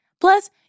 Plus